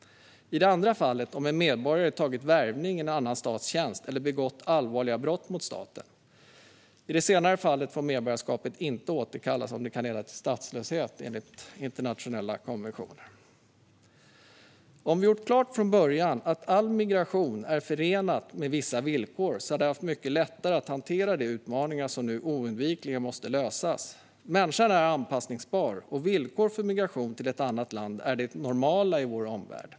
Det andra fallet är när en medborgare tagit värvning i en annan stats tjänst eller begått allvarliga brott mot staten. I det senare fallet får medborgarskapet inte återkallas om det kan leda till statslöshet, enligt internationella konventioner. Om vi från början hade gjort klart att all migration är förenad med vissa villkor hade vi haft mycket lättare att hantera de utmaningar som nu oundvikligen måste lösas. Människan är anpassbar, och villkor för migration till ett annat land är det normala i vår omvärld.